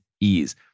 ease